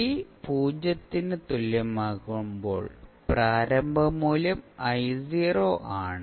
t പൂജ്യത്തിന് തുല്യമാകുമ്പോൾ പ്രാരംഭ മൂല്യം ആണ്